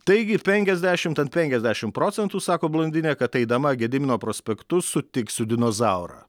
taigi penkiasdešimt ant penkiasdešimt procentų sako blondinė kad eidama gedimino prospektu sutiksiu dinozaurą